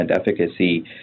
efficacy